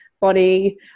body